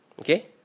okay